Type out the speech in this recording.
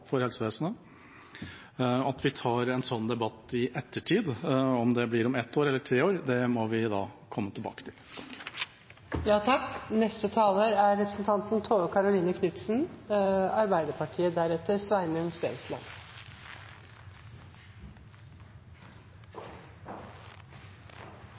Vi tar en sånn debatt i ettertid – om det blir om ett år eller om tre år, må vi komme tilbake til.